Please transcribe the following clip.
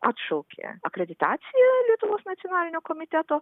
atšaukė akreditaciją lietuvos nacionalinio komiteto